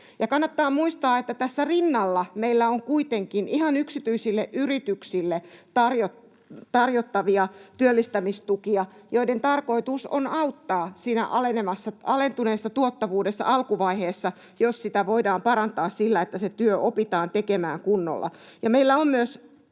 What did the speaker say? kannattaa muistaa, että tässä rinnalla meillä on kuitenkin ihan yksityisille yrityksille tarjottavia työllistämistukia, joiden tarkoitus on auttaa siinä alentuneessa tuottavuudessa alkuvaiheessa — jos sitä voidaan parantaa sillä, että se työ opitaan tekemään kunnolla. Meillä onneksi